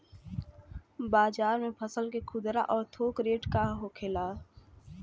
बाजार में फसल के खुदरा और थोक रेट का होखेला?